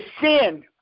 sin